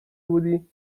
بودی